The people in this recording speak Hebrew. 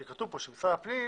כי כתוב פה שמשרד הפנים